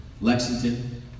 Lexington